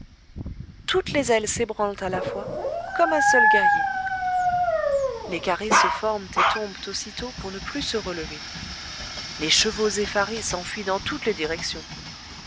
toutes les ailes s'ébranlent à la fois comme un seul guerrier les carrés se forment et tombent aussitôt pour ne plus se relever les chevaux effarés s'enfuient dans toutes les directions